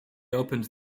opened